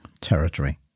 Territory